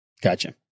Gotcha